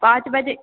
पाँच बजे